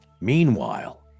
Meanwhile